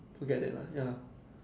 to get that lah ya